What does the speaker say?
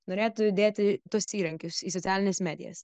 norėtų įdėti tuos įrankius į socialines medijas